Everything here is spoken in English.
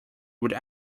would